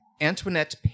Antoinette